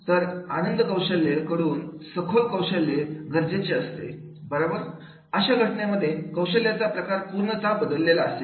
तर आनंद कौशल्य कडून सखोल कौशल्य गरजेचे असते बरोबर अशा घटनेमध्ये कौशल्याचा प्रकार पूर्णपणे बदललेला असेल